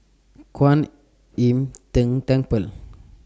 Kuan Im Tng Temple